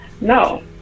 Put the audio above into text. No